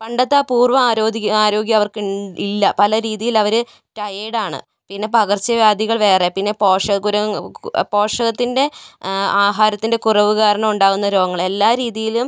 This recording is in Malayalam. പണ്ടത്തെ പൂർവ്വ ആരോഗ്യം ആരോഗ്യം അവർക്ക് ഇല്ല പല രീതിയിലവർ ടയേഡാണ് പിന്നെ പകർച്ചവ്യാധികൾ വേറെ പിന്നെ പോഷകക്കുറവ് പോഷകത്തിൻ്റെ ആഹാരത്തിൻ്റെ കുറവ് കാരണം ഉണ്ടാകുന്ന രോഗങ്ങൾ എല്ലാ രീതിയിലും